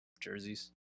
jerseys